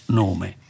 nome